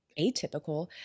atypical